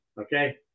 Okay